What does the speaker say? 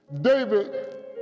David